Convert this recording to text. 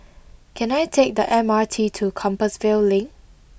can I take the M R T to Compassvale Link